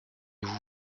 vous